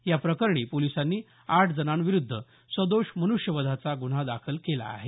या प्रकरणी पोलिसांनी आठ जणांविरूद्ध सदोष मनृष्यवधाचा ग्न्हा दाखल केला आहे